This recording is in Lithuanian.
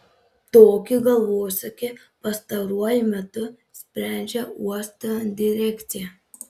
tokį galvosūkį pastaruoju metu sprendžia uosto direkcija